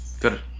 Good